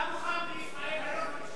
אתה מוכן בישראל היום,